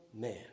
man